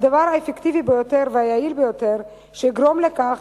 הדבר האפקטיבי ביותר והיעיל ביותר שיגרום לכך